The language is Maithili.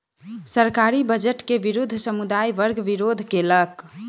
सरकारी बजट के विरुद्ध समुदाय वर्ग विरोध केलक